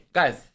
guys